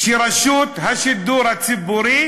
שרשות השידור הציבורית